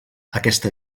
aquesta